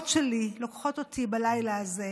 המחשבות שלי לוקחות אותי בלילה הזה